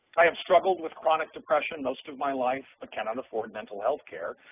i have struggled with chronic depression most of my life but cannot afford mental healthcare.